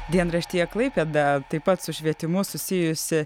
dienraštyje klaipėda taip pat su švietimu susijusi